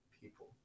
people